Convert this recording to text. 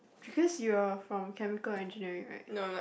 because you are from chemical engineering right